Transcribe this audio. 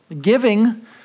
Giving